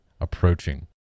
approaching